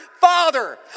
Father